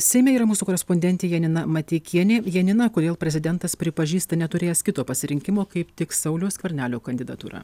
seime yra mūsų korespondentė janina mateikienė janina kodėl prezidentas pripažįsta neturėjęs kito pasirinkimo kaip tik sauliaus skvernelio kandidatūra